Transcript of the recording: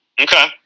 Okay